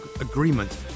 agreement